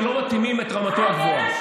שלא מתאימים לרמתו הגבוהה.